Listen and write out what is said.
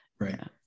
Right